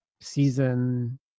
season